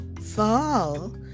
fall